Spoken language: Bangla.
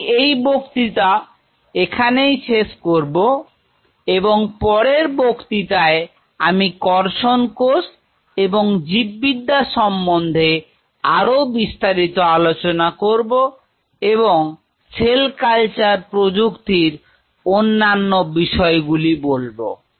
আমি এই বক্তৃতা এখানেই শেষ করব এবং পরের বক্তৃতায় আমি কর্ষণ কোষ এর জীব বিদ্যা সম্বন্ধে আরও বিস্তারিত আলোচনা করবো এবং সেল কালচার প্রযুক্তির অন্যান্য বিষয় গুলি বলবো